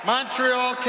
Montreal